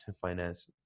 finance